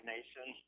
Nation